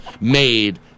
made